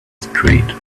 straight